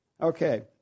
Okay